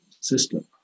system